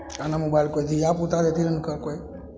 आ नहि मोबाइल कोइ धियापुता देथिन हुनका कोइ